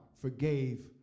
forgave